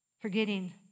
forgetting